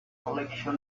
collection